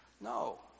No